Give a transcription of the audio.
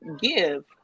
give